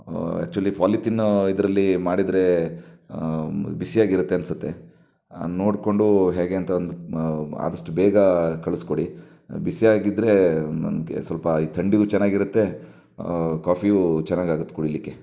actually ಫಾಲಿತಿನ್ನು ಇದರಲ್ಲಿ ಮಾಡಿದರೆ ಬಿಸಿಯಾಗಿರುತ್ತೆ ಅನಿಸುತ್ತೆ ನೋಡಿಕೊಂಡು ಹೇಗೆ ಅಂತ ಒಂದು ಆದಷ್ಟು ಬೇಗ ಕಳಿಸ್ಕೊಡಿ ಬಿಸಿಯಾಗಿದ್ರೆ ನನಗೆ ಸ್ವಲ್ಪ ಈ ಥಂಡಿಗೂ ಚೆನ್ನಾಗಿರುತ್ತೆ ಕಾಫಿಯೂ ಚೆನ್ನಾಗಾಗುತ್ತೆ ಕುಡಿಲಿಯಕ್ಕೆ